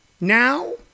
now